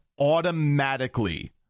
automatically